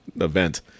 event